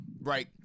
right